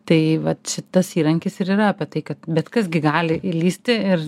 tai vat šitas įrankis ir yra apie tai kad bet kas gi gali įlįsti ir